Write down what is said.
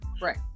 right